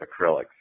acrylics